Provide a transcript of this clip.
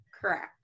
correct